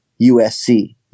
USC